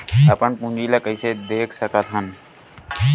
अपन पूंजी ला कइसे देख सकत हन?